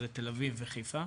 תל אביב וחיפה.